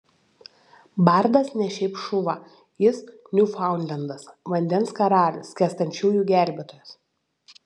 bardas ne šiaip šuva jis niūfaundlendas vandens karalius skęstančiųjų gelbėtojas